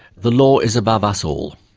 the law is above us all,